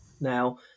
Now